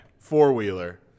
Four-wheeler